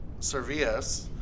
Servias –